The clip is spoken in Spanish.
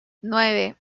nueve